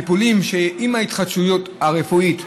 טיפולים שעם ההתחדשות הרפואית,